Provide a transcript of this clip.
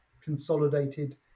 consolidated